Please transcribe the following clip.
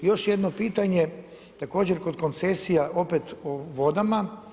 Još jedno pitanje, također kod koncesija opet o vodama.